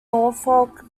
norfolk